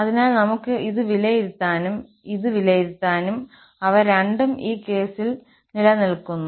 അതിനാൽ നമുക്ക് ഇത് വിലയിരുത്താനും ഇത് വിലയിരുത്താനും കഴിയും അവ രണ്ടും ഈ കേസിൽ നിലനിൽക്കുന്നു